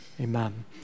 amen